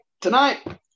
Tonight